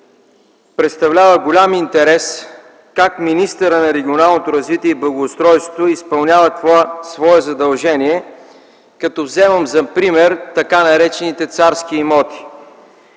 представлява голям интерес как министърът на регионалното развитие и благоустройството изпълнява това свое задължение, като вземам за пример така наречените „царски имоти”.